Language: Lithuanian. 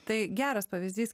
tai geras pavyzdys